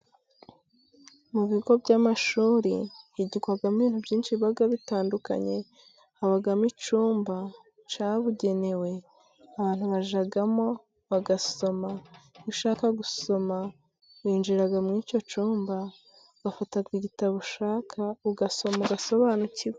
Mu bigo by'amashuri higirwamo byinshi biba bitandukanye, habamo icyumba cyabugenewe abantu hajyamo bagasoma, iyo ushaka gusoma winjira muri icyo cyumba ugafata igitabo ushaka, ugasoma ugasobanukirwa.